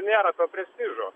nėra to prestižo